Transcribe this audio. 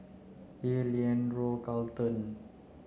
Hill Leandro Carlton